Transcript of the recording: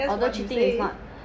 that is what you say